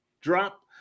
drop